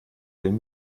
den